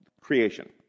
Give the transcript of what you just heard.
creation